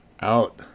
out